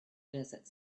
desert